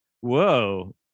Whoa